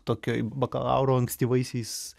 tokioj bakalauro ankstyvaisiais